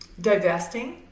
divesting